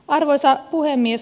arvoisa puhemies